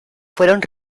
fueron